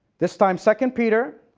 this time second peter